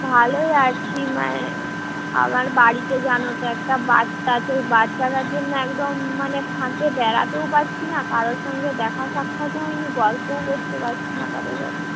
ভালোই আছি মানে আমার বাড়িতে জানো তো একটা বাচ্চা আছে ওই বাচ্চাটার জন্য একদম মানে ফাঁকে বেরোতেও পারছি না কারোর সঙ্গে দেখা সাক্ষাৎও হয়নি গল্পও করতে পারছি না কারো সাথে